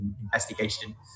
investigation